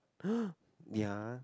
ya